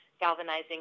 galvanizing